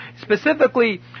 specifically